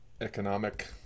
economic